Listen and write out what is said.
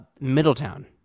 Middletown